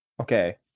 okay